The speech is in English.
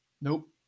nope